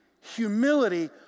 Humility